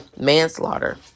manslaughter